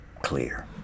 clear